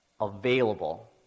available